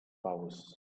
powers